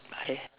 I